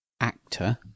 actor